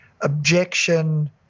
objection